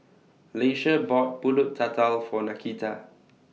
Leisha bought Pulut Tatal For Nakita